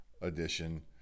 Edition